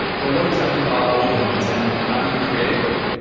but what exactly are organoids and how do you create them?